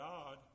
God